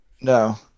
No